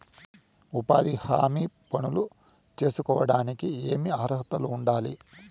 ఉపాధి హామీ పనులు సేసుకోవడానికి ఏమి అర్హత ఉండాలి?